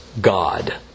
God